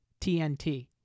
TNT